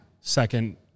second